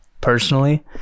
personally